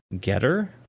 Getter